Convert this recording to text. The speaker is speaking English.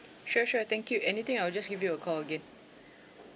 sure sure thank you anything I will just give you a call again